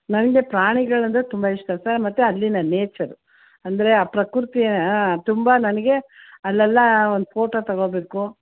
ನನಗೆ ಪ್ರಾಣಿಗಳು ಅಂದರೆ ತುಂಬ ಇಷ್ಟ ಸರ್ ಮತ್ತು ಅಲ್ಲಿನ ನೇಚರು ಅಂದರೆ ಆ ಪ್ರಕೃತಿ ಆ ತುಂಬ ನನಗೆ ಅಲ್ಲೆಲ್ಲ ಒಂದು ಫೋಟೋ ತೊಗೋಬೇಕು